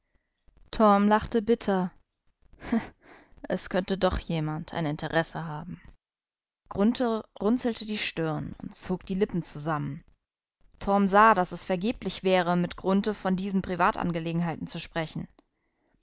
lachte bitter es könnte doch jemand ein interesse haben grunthe runzelte die stirn und zog die lippen zusammen torm sah daß es vergeblich wäre mit grunthe von diesen privatangelegenheiten zu sprechen